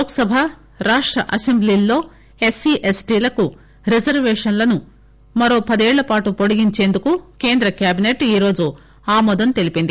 లోక్సభ రాష్ట అసెంబ్లీలలో ఎస్పీ ఎస్టీలకు రిజర్వేషన్లను మరో పదేళ్లపాటు పొడిగించేందుకు కేంద్ర కేబినెట్ ఈరోజు ఆమోదం తెలిపింది